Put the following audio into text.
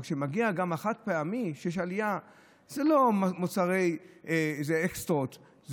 כשיש עלייה בחד-פעמי זה לא מוצרי אקסטרות,